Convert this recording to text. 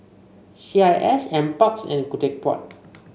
C I S N parks and